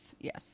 Yes